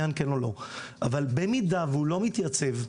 במידה והוא לא מתייצב,